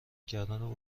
کردن